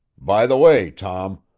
by the way, tom,